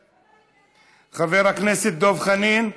חבר הכנסת דב חנין,